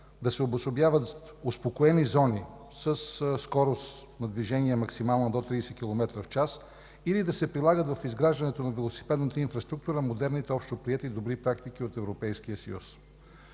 да се обособяват успокоени зони със скорост на движение максимална до 30 км/ч или да се прилагат в изграждането на велосипедната инфраструктура модерните общоприети добри практики от Европейския съюз.